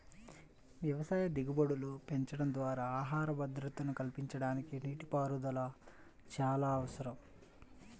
వ్యవసాయ దిగుబడులు పెంచడం ద్వారా ఆహార భద్రతను కల్పించడానికి నీటిపారుదల చాలా అవసరం